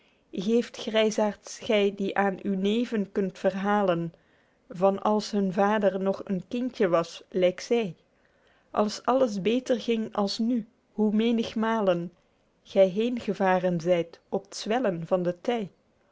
geeft gryzaerds gy die aen uw neven kunt verhalen van als hun vader nog een kindje was lyk zy als alles beter ging als nu hoe menigmalen gy heen gevaren zyt op t zwellen van de ty